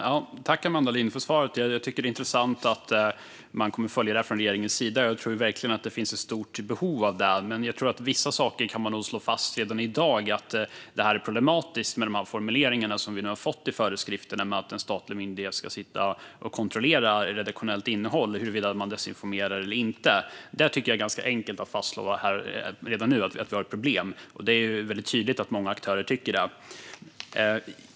Fru talman! Tack, Amanda Lind, för svaret! Jag tycker att det är intressant att man kommer att följa det här från regeringens sida. Jag tror verkligen att det finns ett stort behov av det. Men jag tror att vissa saker kan man nog slå fast redan i dag, och det är att det är problematiskt med formuleringarna i föreskrifterna att en statlig myndighet ska kontrollera redaktionellt innehåll och huruvida man desinformerar eller inte. Här tycker jag att det är ganska enkelt att fastslå redan nu att vi har ett problem, och det är ju väldigt tydligt att många aktörer tycker det.